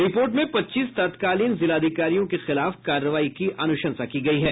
report में पच्चीस तत्कालीन जिलाधिकारियों के खिलाफ कार्रवाई की अनुशंसा की गयी है